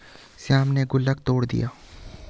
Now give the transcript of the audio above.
श्याम ने गुल्लक तोड़ दिया